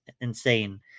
insane